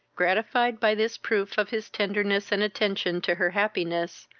gratified by this proof of his tenderness and attention to her happiness,